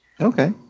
Okay